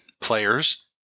Players